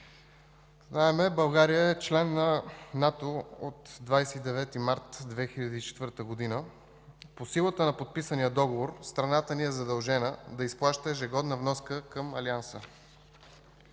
Знаем, България е член на НАТО от 29 март 2004 г. По силата на подписания договор страната ни е задължена да изплаща ежегодна вноска към Алианса.